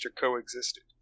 coexisted